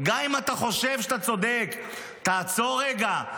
גם אם אתה חושב שאתה צודק תעצור רגע,